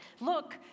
Look